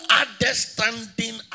understanding